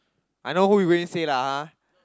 I know who you going say lah !huh!